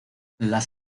las